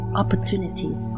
opportunities